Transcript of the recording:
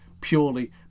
purely